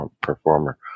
performer